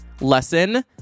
lesson